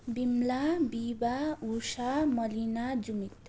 Bimala Vibha Usha Malina Jumit